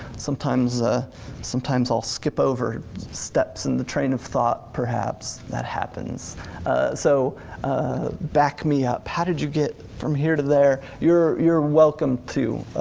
sometimes ah sometimes i'll skip over steps in the train of thought perhaps. that happens so back me up, how did you get from here to there, you're you're welcomed to